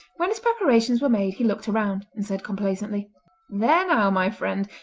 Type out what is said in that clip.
when his preparations were made he looked around, and said complacently there now, my friend,